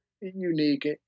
unique